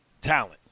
talent